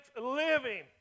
living